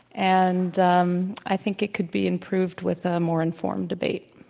and um i think it could be improved with a more informed debate.